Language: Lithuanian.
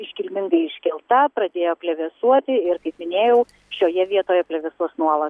iškilmingai iškelta pradėjo plevėsuoti ir kaip minėjau šioje vietoje plevėsuos nuolat